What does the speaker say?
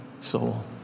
soul